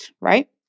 right